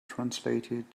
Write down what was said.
translated